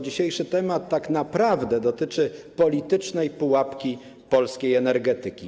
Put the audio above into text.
Dzisiejszy temat tak naprawdę dotyczy politycznej pułapki polskiej energetyki.